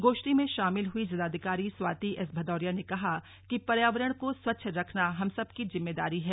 गोष्ठी में शामिल हुई जिलाधिकारी स्वाति एस भदौरिया ने कहा कि पर्यावरण को स्वच्छ रखना हम सबकी जिम्मेदारी है